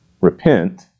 Repent